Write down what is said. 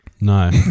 No